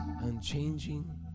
unchanging